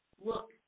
look